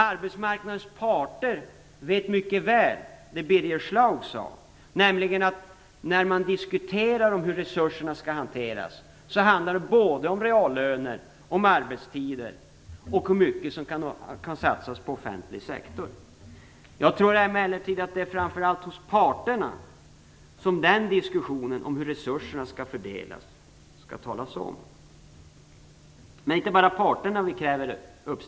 Arbetsmarknadens parter vet mycket väl det Birger Schlaug sade, nämligen att vid diskussioner om hur resurserna skall hanteras handlar det om både reallöner, arbetstider och hur mycket som kan satsas på offentlig sektor. Jag tror emellertid att det är framför allt hos parterna som diskussionen om hur resurserna skall fördelas skall föras. Men vi kräver inte bara att det är parterna som skall ställa upp.